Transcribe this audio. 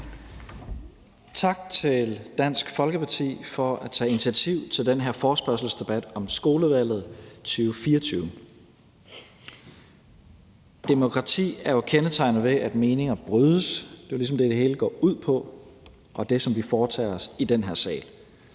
Tak til Dansk Folkeparti for at tage initiativ til den her forespørgselsdebat om skolevalget 2024. Demokratiet er jo kendetegnet ved, at meninger brydes. Det er ligesom det, det hele går ud på, og det, som vi foretager os i den her sal.